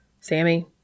Sammy